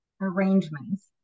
arrangements